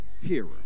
hearer